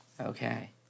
Okay